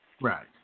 Right